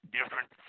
different